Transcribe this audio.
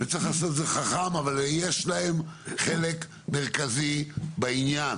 צריך לעשות את זה חכם אבל יש להם חלק מרכזי בעניין.